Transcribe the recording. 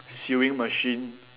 sewing machine